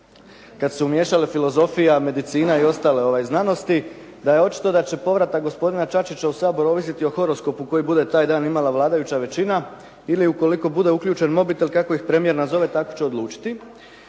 kad su se umiješale filozofija, medicina i ostale znanosti, da je očito da će povratak gospodina Čačića u Sabor ovisiti o horoskopu koji bude taj dan imala vladajuća većina ili ukoliko bude uključen mobitel kako ih premijer nazove, tako će odlučiti.